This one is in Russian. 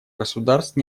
государств